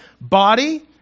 body